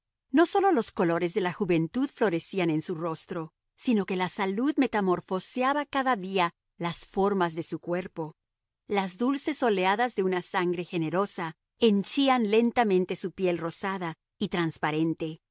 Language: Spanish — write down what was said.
no sólo los colores de la juventud florecían en su rostro sino que la salud metamorfoseaba cada día las formas de su cuerpo las dulces oleadas de una sangre generosa henchían lentamente su piel rosada y transparente